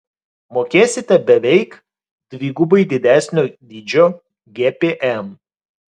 mokėsite beveik dvigubai didesnio dydžio gpm